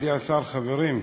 מכובדי השר, חברים,